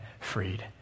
freed